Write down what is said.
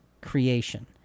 creation